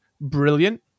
Brilliant